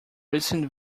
recent